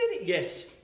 Yes